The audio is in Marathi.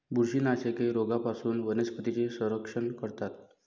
बुरशीनाशके रोगांपासून वनस्पतींचे संरक्षण करतात